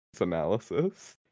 analysis